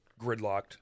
gridlocked